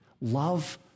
Love